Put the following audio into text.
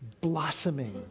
blossoming